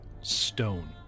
stone